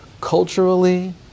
Culturally